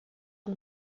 und